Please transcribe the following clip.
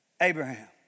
Abraham